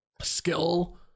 skill